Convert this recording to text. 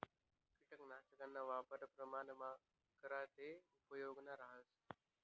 किटकनाशकना वापर प्रमाणमा करा ते उपेगनं रहास